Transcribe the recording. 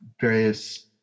various